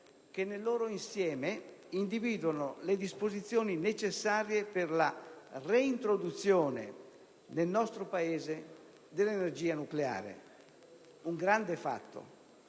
che nel loro insieme individuano le disposizioni necessarie per la reintroduzione nel nostro Paese dell'energia nucleare. Un grande fatto.